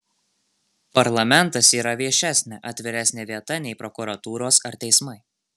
parlamentas yra viešesnė atviresnė vieta nei prokuratūros ar teismai